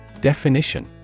Definition